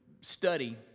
study